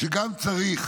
שגם שם